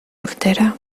urtera